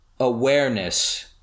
Awareness